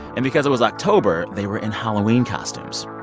and because it was october, they were in halloween costumes.